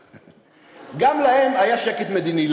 גם להם היה שקט מדיני.